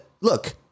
look